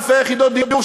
אלפי יחידות דיור,